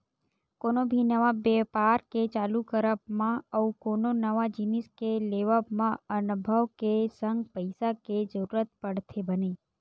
कोनो भी नवा बेपार के चालू करब मा अउ कोनो नवा जिनिस के लेवब म अनभव के संग पइसा के जरुरत पड़थे बने